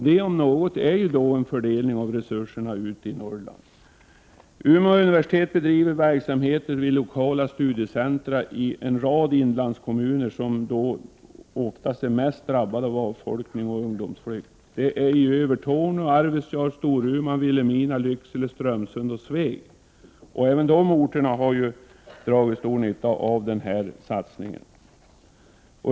Det om något är en fördelning av resurserna till Norrland. Umeå universitet bedriver verksamhet vid lokala studiecentra i en rad inlandskommuner, som ofta är de som är mest drabbade av avfolkning och ungdomsflykt. Dessa centra är placerade i Övertorneå, Arvidsjaur, Storuman, Vilhelmina, Lycksele, Strömsund och Sveg, och dessa orter har dragit stor nytta av universitetets satsning.